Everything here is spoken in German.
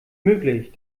möglich